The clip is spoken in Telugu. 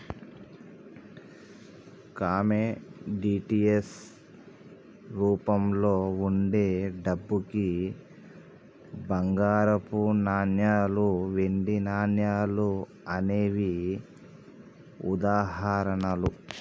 కమోడిటీస్ రూపంలో వుండే డబ్బుకి బంగారపు నాణాలు, వెండి నాణాలు అనేవే ఉదాహరణలు